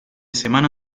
semana